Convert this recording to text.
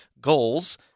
Goals